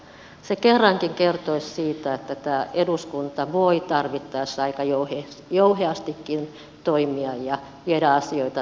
se kerrankin kertoisi siitä että tämä eduskunta voi tarvittaessa aika jouheastikin toimia ja viedä asioita